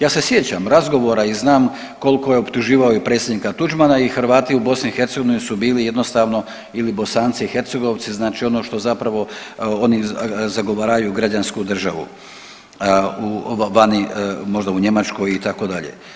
Ja se sjećam razgovora i znam koliko je optuživao i predsjednika Tuđmana i Hrvati u BiH su bili jednostavno ili Bosanci i Hercegovci, znači ono što zapravo oni zagovaraju građansku državu, vani možda u Njemačkoj, itd.